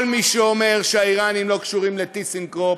כל מי שאומר שהאיראנים לא קשורים ל"טיסנקרופ",